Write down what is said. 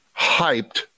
hyped